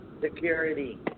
Security